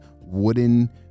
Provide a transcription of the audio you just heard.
wooden